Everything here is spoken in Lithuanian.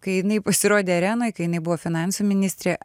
kai jinai pasirodė arenoj kai jinai buvo finansų ministrė